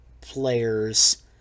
players